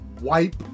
wipe